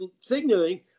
signaling